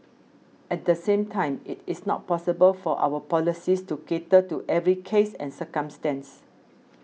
at the same time it is not possible for our policies to cater to every case and circumstance